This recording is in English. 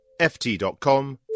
ft.com